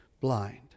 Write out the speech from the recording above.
blind